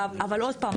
אבל עוד פעם,